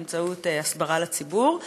באמצעות הסברה לציבור.